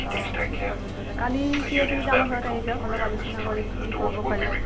অঁ বজাৰ চজাৰ কালি ফ্ৰী আছে যদি আমাৰ ঘৰত আহি যাওক অলপ আলোচনা কৰি কি কি কৰিব পাৰি